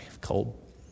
cold